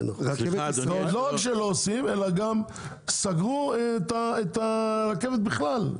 לא רק שלא עושים אלא גם סגרו את הרכבת בכלל,